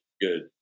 good